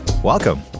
Welcome